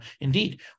indeed